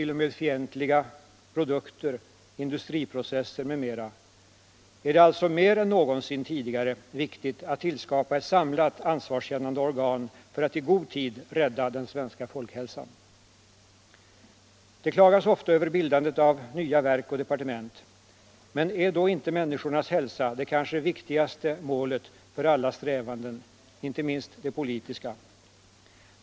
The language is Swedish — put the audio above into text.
0. m. fientliga — produkter, industriprocesser m.m. är det alltså mer än någonsin tidigare viktigt att tillskapa ett samlat ansvarskännande organ för att i god tid rädda den svenska folkhälsan. Det klagas ofta över bildandet av nya verk och departement. Men är då inte människornas hälsa det kanske viktigaste målet för allas strävanden, inte minst de politiska?